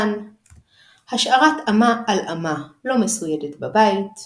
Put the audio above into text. כלים במים קרים לאחר הגעלתם לקראת חג הפסח